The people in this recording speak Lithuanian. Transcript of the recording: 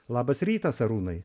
labas rytas arūnai